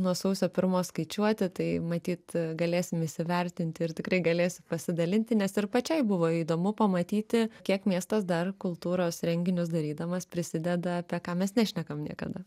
nuo sausio pirmos skaičiuoti tai matyt galėsim įsivertinti ir tikrai galėsiu pasidalinti nes ir pačiai buvo įdomu pamatyti kiek miestas dar kultūros renginius darydamas prisideda apie ką mes nešnekam niekada